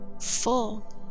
full